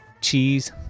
Cheese